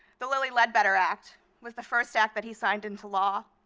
the lilly ledbetter act was the first act that he signed into law,